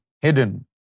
hidden